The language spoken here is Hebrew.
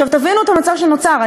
עכשיו, תבינו את המצב שנוצר.